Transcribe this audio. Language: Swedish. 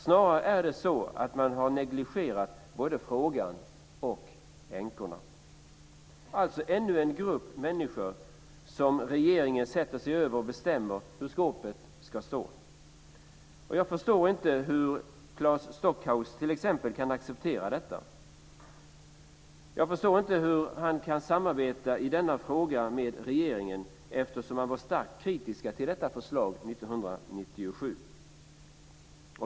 Snarare är det så att den har negligerat både frågan och änkorna. Det är ännu en grupp människor som regeringen sätter sig över, och den bestämmer var skåpet ska stå. Jag förstår inte hur t.ex. Claes Stockhaus kan acceptera detta och samarbeta i denna fråga med regeringen eftersom Vänsterpartiet var starkt kritiskt till detta förslag 1997.